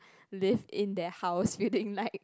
live in their house building like